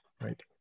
Right